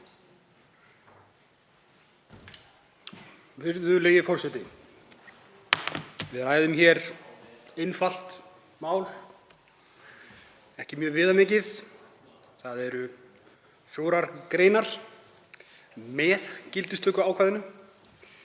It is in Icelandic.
Virðulegi forseti. Við ræðum hér einfalt mál, ekki mjög viðamikið, það eru fjórar greinar með gildistökuákvæðinu.